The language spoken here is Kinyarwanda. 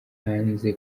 banze